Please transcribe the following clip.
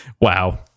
Wow